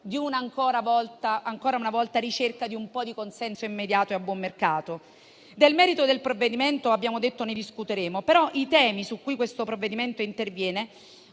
e ancora una volta della ricerca di un po' di consenso immediato e a buon mercato? Del merito del provvedimento abbiamo detto che discuteremo, però i temi su cui esso interviene,